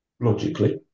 logically